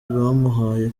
bamuhaye